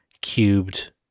cubed